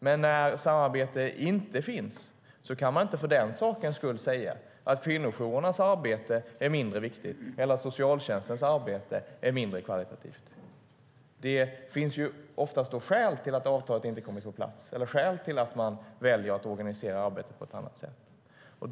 Men när samarbete inte finns kan man inte för den sakens skull säga att kvinnojourernas arbete är mindre viktigt eller att socialtjänstens arbete är mindre kvalitativt. Det finns ofta skäl till att avtalet inte kommer på plats eller skäl till att man väljer att organisera arbetet på ett annat sätt.